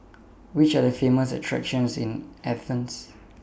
Which Are The Famous attractions in Athens